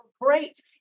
Great